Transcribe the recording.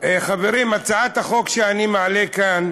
חברים, הצעת החוק שאני מעלה כאן